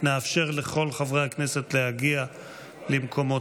נאפשר לכל חברי הכנסת להגיע למקומותיהם.